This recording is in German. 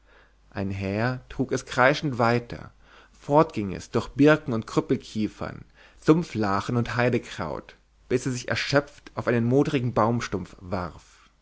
ein häher trug es kreischend weiter fort ging es durch birken und krüppelkiefern sumpflachen und heidekraut bis er sich erschöpft auf einen modrigen baumstumpf warf